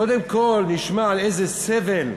קודם כול, נשמע על איזה סבל,